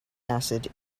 acid